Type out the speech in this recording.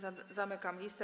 Zamykam listę.